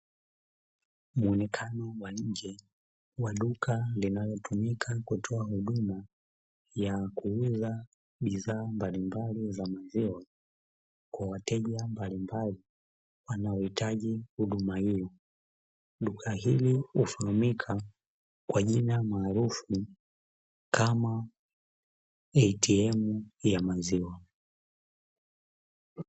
Muonekano wa nje wa duka linalotumika kutoa huduma ya kuuza bidhaa mbalimbali za maziwa kwa wateja mbalimbali wanaohitaji huduma hiyo. Duka hili hufahamika kwa jina maarufu kama “ATM” ya maziwa.